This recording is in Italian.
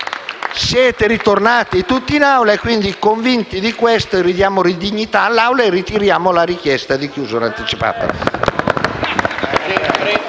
siete ritornati tutti in Aula e quindi, convinti di questo, ridiamo dignità all'Aula e ritiriamo la richiesta di chiusura anticipata